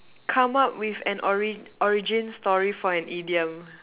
come up with an origin origin story for an idiom